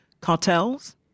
cartels